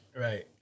right